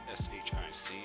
s-h-i-c